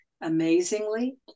amazingly